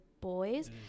boys